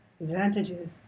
Advantages